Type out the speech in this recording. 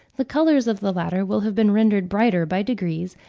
the colours of the latter will have been rendered brighter by degrees,